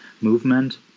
movement